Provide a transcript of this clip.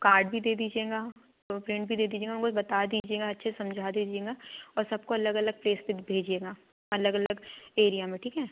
card भी दे दीजिएगा और प्रिन्ट भी दे दीजिएगा उनको बता दीजिएगा अच्छे से समझा दीजिएगा और सबको अलग अलग प्लेस पर भेजिएगा अलग अलग एरिया में ठीक है